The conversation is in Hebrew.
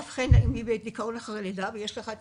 ולאבחן האם היא בדיכאון לאחר לידה, ויש לך את